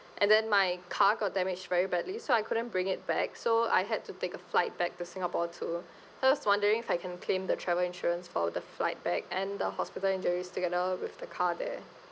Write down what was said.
and then my car got damaged very badly so I couldn't bring it back so I had to take a flight back to singapore too I was wondering if I can claim the travel insurance for the flight back and the hospital injuries together with the car there